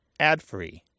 adfree